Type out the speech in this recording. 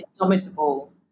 indomitable